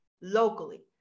locally